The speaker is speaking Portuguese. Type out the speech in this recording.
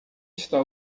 está